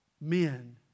Men